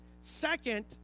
Second